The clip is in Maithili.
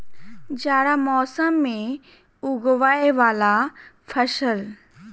जाड़ा मौसम मे उगवय वला फसल?